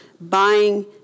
buying